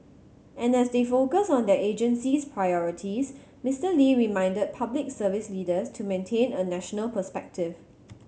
and as they focus on their agency's priorities Mister Lee reminded Public Service leaders to maintain a national perspective